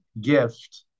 gift